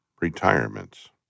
retirements